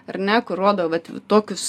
ar ne kur rodo vat tokius